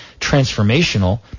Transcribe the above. transformational